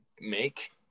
make